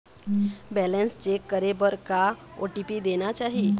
Balance check करे बर का ओ.टी.पी देना चाही?